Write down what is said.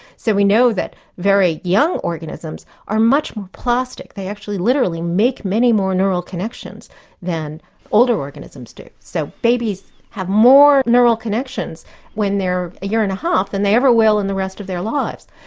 so we know that very young organisms are much more plastic, they actually literally make many more neural connections than older organisms do. so babies have more neural connections when they're a year-and-a-half, than they ever will in the rest of their lives.